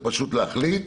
צריך פשוט להחליט.